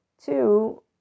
Two